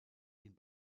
den